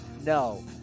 No